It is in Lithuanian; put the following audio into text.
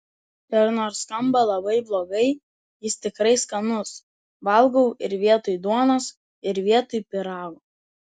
ir nors skamba labai blogai jis tikrai skanus valgau ir vietoj duonos ir vietoj pyrago